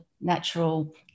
natural